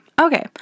Okay